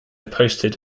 posted